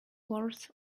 worth